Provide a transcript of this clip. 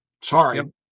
Sorry